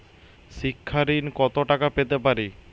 শিক্ষা ঋণ কত টাকা পেতে পারি?